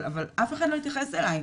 אבל אף אחד לא התייחס אליי.